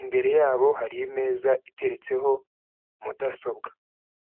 imbere yabo hari imeza iteretseho mudasobwa.